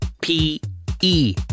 P-E